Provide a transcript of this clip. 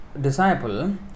disciple